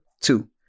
Two